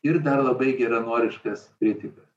ir dar labai geranoriškas kritikas